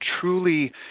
truly